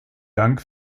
dank